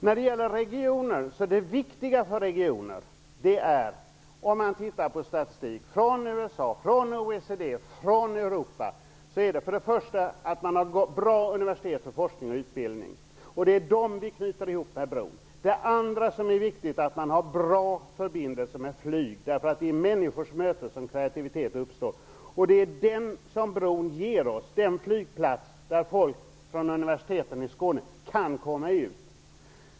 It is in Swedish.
När det gäller regionen, är det viktiga för regioner, om vi tittar på statistik från USA, från OECD och från Europa, att man för det första har bra universitet för forskning och utbildning. Det är detta vi knyter ihop med bron. För det andra är det viktigt att man har bra förbindelser med flyg. Det är i människors möten som kreativitet uppstår. Det är det som bron ger oss: den flygplats där folk från universiteten i Skåne kan komma ut.